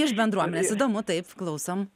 iš bendruomenės įdomu taip klausom